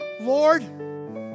Lord